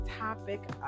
topic